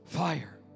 Fire